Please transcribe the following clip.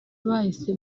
bahise